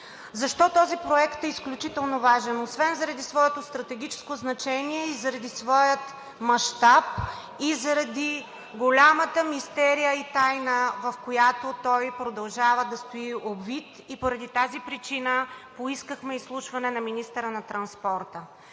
Защо този проект е изключително важен? Освен заради своето стратегическо значение и заради своя мащаб, и заради голямата мистерия и тайна, в която той продължава да стои обвит. Поради тази причина поискахме изслушване на министъра на транспорта.